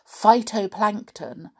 phytoplankton